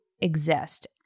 exist